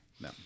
no